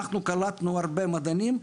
אנחנו קלטנו הרבה מדענים,